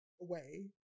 away